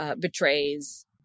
betrays